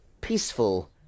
peaceful